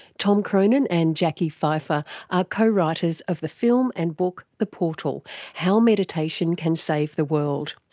tom cronin and jacqui fifer are co-writers of the film and book the portal how meditation can save the world.